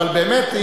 אבל באמת,